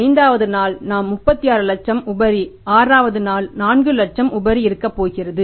ஐந்தாவது நாள் நாம் 36 லட்சம் உபரி ஆறாவது நாள் 4 லட்சம் உபரி இருக்கப்போகிறது